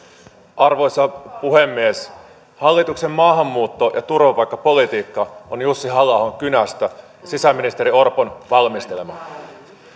arvoisa puhemies hallituksen maahanmuutto ja turvapaikkapolitiikka on jussi halla ahon kynästä ja sisäministeri orpon valmistelema